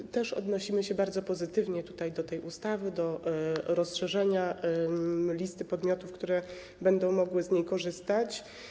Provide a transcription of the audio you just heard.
My również odnosimy się bardzo pozytywnie do omawianej ustawy, do rozszerzenia listy podmiotów, które będą mogły z niej korzystać.